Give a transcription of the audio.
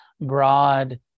broad